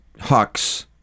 Hux